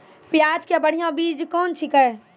प्याज के बढ़िया बीज कौन छिकै?